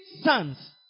sons